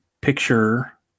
picture